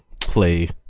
play